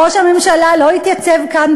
ראש הממשלה לא התייצב כאן,